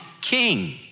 king